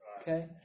Okay